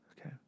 Okay